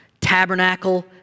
tabernacle